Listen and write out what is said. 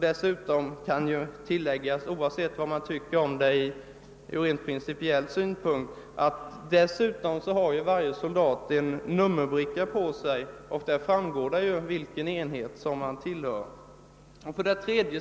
Dessutom kan tilläggas, alldeles oavsett vad man rent principiellt tycker om nummerbrickor på soldater, att varje soldat har en nummerbricka av vilken det framgår vilken enhet vederbörande tillhör.